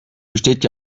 besteht